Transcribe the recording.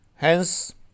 Hence